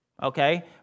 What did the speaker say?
Okay